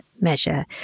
measure